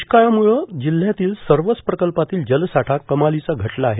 द्ष्काळाम्ळे जिल्ह्यातील सर्वच प्रकल्पातील जलसाठा कमालीचा घटला आहे